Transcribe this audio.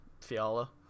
Fiala